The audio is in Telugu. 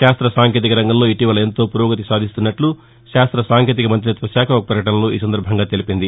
శాస్త్ర సాంకేతిక రంగంలో ఇటీవల ఎంతో పురోగతి సాధిస్తున్నట్లు శాస్త సాంకేతిక మంత్రిత్వ శాఖ ఓ పకటనలో తెలిపింది